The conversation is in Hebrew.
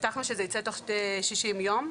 הובטחנו שזה ייצא תוך 60 יום.